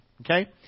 okay